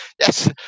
Yes